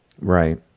Right